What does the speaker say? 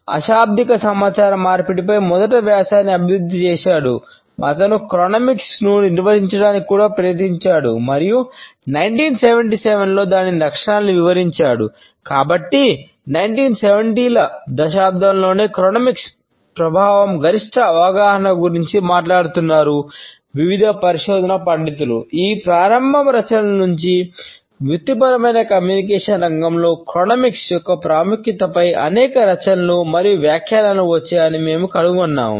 Tom Bruno యొక్క ప్రాముఖ్యతపై అనేక రచనలు మరియు వ్యాఖ్యానాలు వచ్చాయని మేము కనుగొన్నాము